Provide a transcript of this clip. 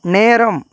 நேரம்